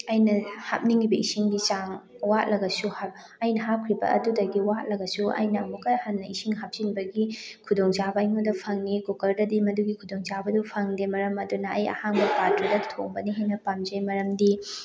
ꯑꯩꯅ ꯍꯥꯞꯅꯤꯡꯉꯤꯕ ꯏꯁꯤꯡꯒꯤ ꯆꯥꯡ ꯋꯥꯠꯂꯒꯁꯨ ꯑꯩꯅ ꯍꯥꯞꯈ꯭ꯔꯤꯕ ꯑꯗꯨꯗꯒꯤ ꯋꯥꯠꯂꯒꯁꯨ ꯑꯩꯅ ꯑꯃꯨꯛꯀ ꯍꯟꯅ ꯏꯁꯤꯡ ꯍꯥꯞꯆꯤꯟꯕꯒꯤ ꯈꯨꯗꯣꯡꯆꯥꯕ ꯑꯩꯉꯣꯟꯗ ꯐꯪꯉꯤ ꯀꯨꯀꯔꯗꯗꯤ ꯃꯗꯨꯒꯤ ꯈꯨꯗꯣꯡꯆꯥꯕꯗꯨ ꯐꯪꯗꯦ ꯃꯔꯝ ꯑꯗꯨꯅ ꯑꯩ ꯑꯍꯥꯡꯕ ꯄꯥꯇ꯭ꯔꯗ ꯊꯣꯡꯕꯅ ꯍꯦꯟꯅ ꯄꯥꯝꯖꯩ ꯃꯔꯝꯗꯤ